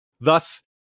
thus